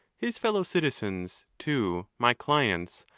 his fellow-citizens too, my clients,